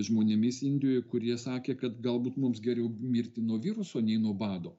žmonėmis indijoj kurie sakė kad galbūt mums geriau mirti nuo viruso nei nuo bado